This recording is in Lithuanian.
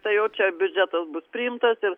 tai jau čia biudžetas bus priimtas ir